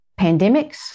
pandemics